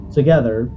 together